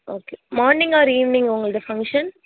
okay morning or evening உங்களது function